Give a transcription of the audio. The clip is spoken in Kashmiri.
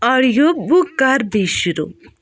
آڈیو بُک کَر بیٚیہِ شروٗع